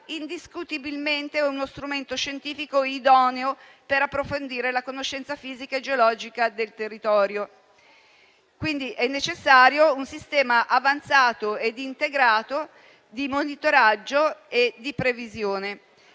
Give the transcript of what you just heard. indiscutibilmente scientifico idoneo ad approfondire la conoscenza fisica e geologica del territorio. È quindi è necessario un sistema avanzato e integrato di monitoraggio e di previsione,